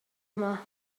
yma